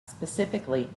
specifically